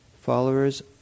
followers